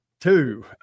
two